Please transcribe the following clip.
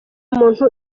muntu